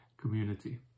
community